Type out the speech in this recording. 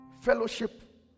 fellowship